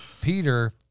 Peter